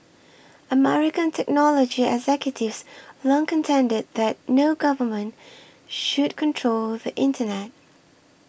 American technology executives long contended that no government should control the internet